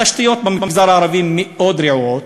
התשתיות במגזר הערבי מאוד רעועות.